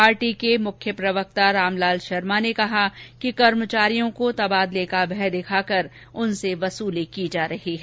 party के मुख्य प्रवक्ता रामलाल शर्मा ने कहा कि कर्मचारियों को तबादले का भय दिखाकर उनसे वसुली की जा रही है